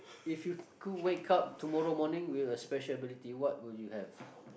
if you could wake up tomorrow morning with a special ability what will you have